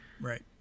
right